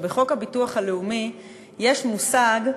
שבחוק הביטוח הלאומי יש מושג,